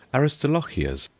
aristolochias,